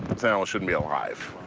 this animal shouldn't be alive,